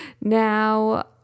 Now